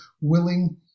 willing